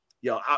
yo